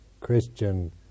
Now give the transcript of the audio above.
Christian